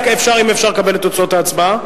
האם אפשר לקבל את תוצאות ההצבעה?